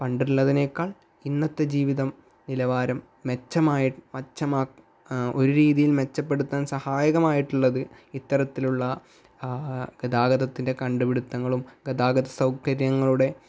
പണ്ട് ഉള്ളതിനേക്കാൾ ഇന്നത്തെ ജീവിതം നിലവാരം മെച്ചമായ മെച്ചമാ ഒരു രീതിയിൽ മെച്ചപ്പെടുത്താൻ സഹായകമായിട്ടുള്ളത് ഇത്തരത്തിലുള്ള ഗതാഗതത്തിൻ്റെ കണ്ടുപിടുത്തങ്ങളും ഗതാഗത സൗകര്യങ്ങളുടെ